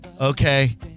Okay